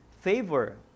favor